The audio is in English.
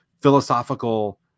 philosophical